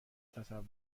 تصور